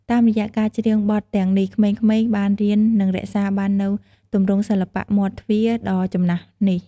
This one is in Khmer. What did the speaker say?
តាមរយៈការច្រៀងបទទាំងនេះ ក្មេងៗបានរៀន និងរក្សាបាននូវទម្រង់សិល្បៈមាត់ទ្វារដ៏ចំណាស់នេះ។